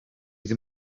ddim